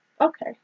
Okay